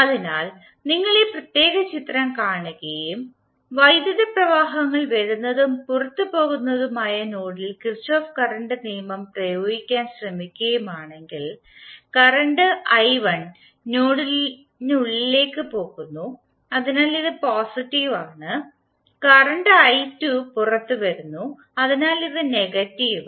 അതിനാൽ നിങ്ങൾ ഈ പ്രത്യേക ചിത്രം കാണുകയും വൈദ്യുത പ്രവാഹങ്ങൾ വരുന്നതും പുറത്തു പോകുന്നതുമായ നോഡിൽ കിർചോഫ് കറണ്ട് നിയമം പ്രയോഗിക്കാൻ ശ്രമിക്കുകയാണെങ്കിൽ കറണ്ട് i1 നോഡിനുള്ളിലേക്ക് പോകുന്നു അതിനാൽ ഇത് പോസിറ്റീവ് ആണ് കറണ്ട് i2 പുറത്തുവരുന്നു അതിനാൽ ഇത് നെഗറ്റീവ്